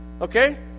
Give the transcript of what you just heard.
Okay